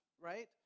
right